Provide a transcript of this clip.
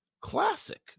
classic